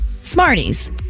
Smarties